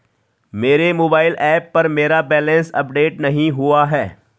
मेरे mobile app पर मेरा बैलेंस अपडेट नहीं हुआ है